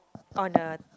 on a